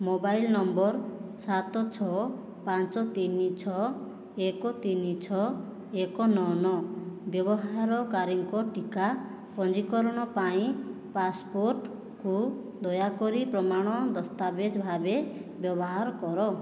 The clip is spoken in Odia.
ମୋବାଇଲ ନମ୍ବର ସାତ ଛଅ ପାଞ୍ଚ ତିନି ଛଅ ଏକ ତିନି ଛଅ ଏକ ନଅ ନଅ ବ୍ୟବହାରକାରୀଙ୍କ ଟିକା ପଞ୍ଜୀକରଣ ପାଇଁ ପାସ୍ପୋର୍ଟକୁ ଦୟାକରି ପ୍ରମାଣ ଦସ୍ତାବେଜ ଭାବେ ବ୍ୟବହାର କର